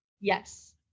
Yes